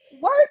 work